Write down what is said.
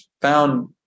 found